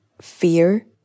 fear